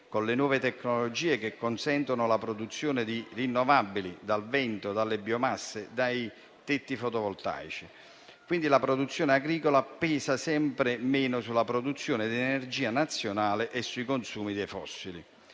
con le nuove tecnologie che consentono la produzione di rinnovabili dal vento, dalle biomasse, dai tetti fotovoltaici. La produzione agricola pesa quindi sempre meno sulla produzione di energia nazionale e sui consumi dei fossili.